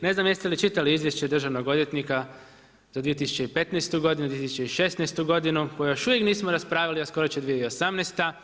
Ne znam jeste li čitali izvješće državnog odvjetnika za 2015. godinu, 2016. godinu koje još uvijek nismo raspravili, a skoro će 2018.